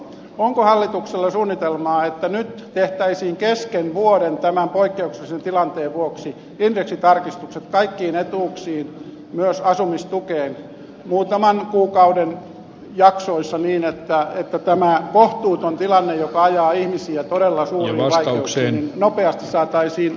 onko hallituksella suunnitelmaa että nyt tehtäisiin kesken vuoden tämän poikkeuksellisen tilanteen vuoksi indeksitarkistukset kaikkiin etuuksiin myös asumistukeen muutaman kuukauden jaksoissa niin että tämä kohtuuton tilanne joka ajaa ihmisiä todella suuriin vaikeuksiin nopeasti saataisiin tasaantumaan